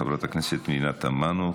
חברת הכנסת פנינה תמנו,